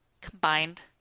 combined